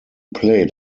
played